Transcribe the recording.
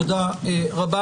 תודה רבה.